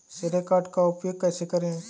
श्रेय कार्ड का उपयोग कैसे करें?